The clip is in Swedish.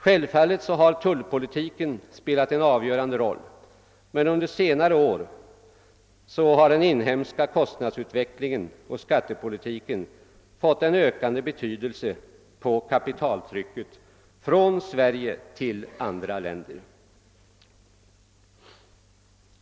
Självfallet har tullpolitiken spelat en avgörande roll, men under senare år har den inhemska kostnadsutvecklingen och skattepolitiken fått ökad betydelse på kapitaltrycket från Sverige till andra länder.